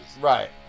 right